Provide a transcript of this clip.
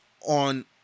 on